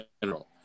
general